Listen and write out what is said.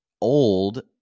old